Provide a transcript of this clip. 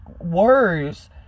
words